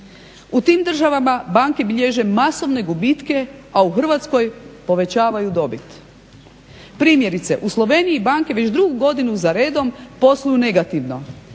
U tim državama banke bilježe masovne gubitke a u Hrvatskoj povećavaju dobit. Primjerice, u Sloveniji banke već drugu godinu za redom posluju negativno.